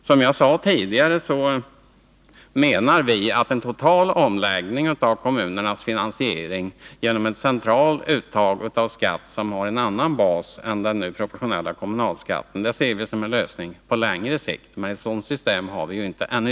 Som jag sade tidigare, ser vi som en lösning på längre sikt att det sker en total omläggning av kommunernas finansiering genom ett centralt uttag av skatt som har en annan bas än den nuvarande proportionella kommunalskatten. Men ett sådant system har vi inte ännu.